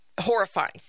Horrifying